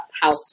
house